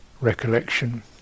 recollection